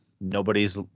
nobody's